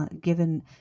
given